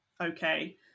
okay